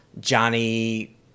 Johnny